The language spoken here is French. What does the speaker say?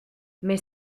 mais